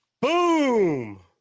Boom